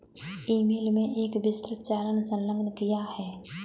ई mail में एक विस्तृत चालान संलग्न किया है